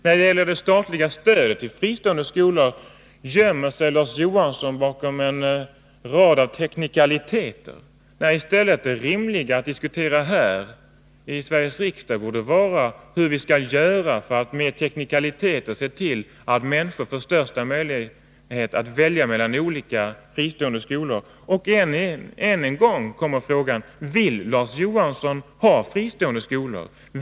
När det gäller det statliga stödet till fristående skolor gömmer sig Larz Johansson bakom en rad av teknikaliteter, då i stället det rimliga att diskutera här i Sveriges riksdag borde vara hur vi skall göra för att med teknikaliteter se till att människor får största möjlighet att välja mellan olika skolor. Än en gång kommer frågan: Vill Larz Johansson ha fristående skolor?